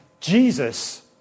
Jesus